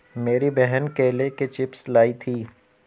मेरी बहन केले के चिप्स लाई थी